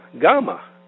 Gamma